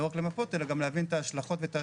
לא רק למפות, אלא גם להבין את ההשלכות וההשפעות